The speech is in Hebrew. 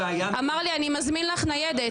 אמר לי, אני מזמין לך ניידת.